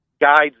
guides